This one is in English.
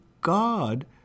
God